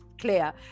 clear